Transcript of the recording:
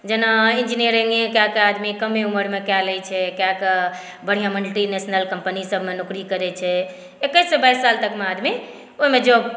जेना एंजिनीरिंग कए कऽ आदमी कमे उमरमे कए लै छै कए कऽ बढ़िआँ मल्टी नेसनल कम्पनीसभमे नौकरी करै छै एकैससॅं बाइस सालमे आदमी ओहिमे जॉब